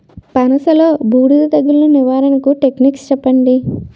పనస లో బూడిద తెగులు నివారణకు టెక్నిక్స్ చెప్పండి?